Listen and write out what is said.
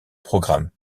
programme